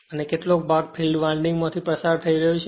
અને કેટલોક ભાગ ફિલ્ડ વાઇંડિંગ માથી પસાર થઈ રહ્યો છે